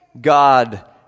God